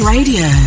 Radio